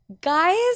guys